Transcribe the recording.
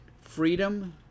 freedom